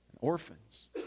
orphans